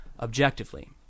objectively